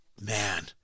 Man